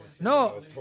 No